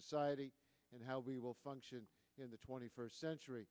society and how we will function in the twenty first century